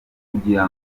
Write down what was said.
kugira